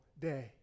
day